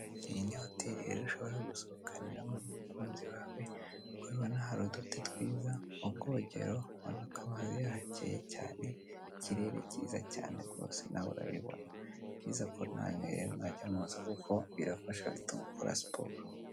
Iyi ni hoteri rero ushobora gusohokaniramo n'umukunzi wawe nk'uko ubibona hari uduti twiza mu bwogero urabona ko hayakeye cyane, ikirere cyiza cyane rwose nawe urabibona, ni byiza ko na mwe rero mwajya muza kuko birafasha bituma ukora siporo.